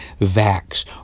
vax